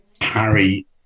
Harry